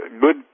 good